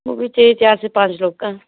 वह भी चाहिए चार से पाँच लोग का